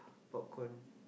popcorn